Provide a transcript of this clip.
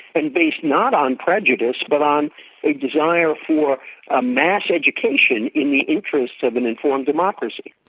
and based not on prejudice but on a desire for ah mass education in the interests of an informed democracy.